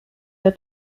der